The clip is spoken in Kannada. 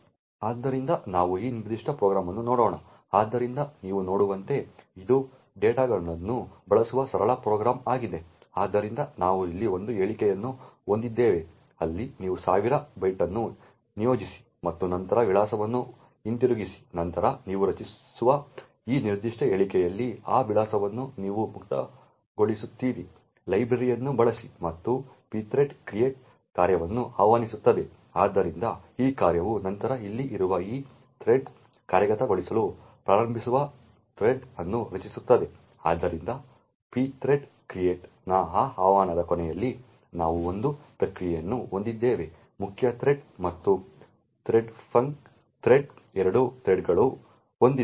ಆದ್ದರಿಂದ ನಾವು ಈ ನಿರ್ದಿಷ್ಟ ಪ್ರೋಗ್ರಾಂ ಅನ್ನು ನೋಡೋಣ ಆದ್ದರಿಂದ ನೀವು ನೋಡುವಂತೆ ಇದು ಥ್ರೆಡ್ಗಳನ್ನು ಬಳಸುವ ಸರಳ ಪ್ರೋಗ್ರಾಂ ಆಗಿದೆ ಆದ್ದರಿಂದ ನಾವು ಇಲ್ಲಿ ಒಂದು ಹೇಳಿಕೆಯನ್ನು ಹೊಂದಿದ್ದೇವೆ ಅಲ್ಲಿ ನೀವು ಸಾವಿರ ಬೈಟ್ಗಳನ್ನು ನಿಯೋಜಿಸಿ ಮತ್ತು ನಂತರ ವಿಳಾಸವನ್ನು ಹಿಂತಿರುಗಿಸಿ ನಂತರ ನೀವು ರಚಿಸುವ ಈ ನಿರ್ದಿಷ್ಟ ಹೇಳಿಕೆಯಲ್ಲಿ ಆ ವಿಳಾಸವನ್ನು ನೀವು ಮುಕ್ತಗೊಳಿಸುತ್ತೀರಿ pthread ಲೈಬ್ರರಿಯನ್ನು ಬಳಸಿ ಮತ್ತು pthread create ಕಾರ್ಯವನ್ನು ಆಹ್ವಾನಿಸುತ್ತದೆ ಆದ್ದರಿಂದ ಈ ಕಾರ್ಯವು ನಂತರ ಇಲ್ಲಿ ಇರುವ ಈ ಥ್ರೆಡ್ನಿಂದ ಕಾರ್ಯಗತಗೊಳಿಸಲು ಪ್ರಾರಂಭಿಸುವ ಥ್ರೆಡ್ ಅನ್ನು ರಚಿಸುತ್ತದೆ ಆದ್ದರಿಂದ pthread create ನ ಈ ಆಹ್ವಾನದ ಕೊನೆಯಲ್ಲಿ ನಾವು ಒಂದೇ ಪ್ರಕ್ರಿಯೆಯನ್ನು ಹೊಂದಿದ್ದೇವೆ ಮುಖ್ಯ ಥ್ರೆಡ್ ಮತ್ತು ಥ್ರೆಡ್ಫಂಕ್ ಥ್ರೆಡ್ 2 ಥ್ರೆಡ್ಗಳನ್ನು ಹೊಂದಿದೆ